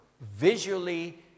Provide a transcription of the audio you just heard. visually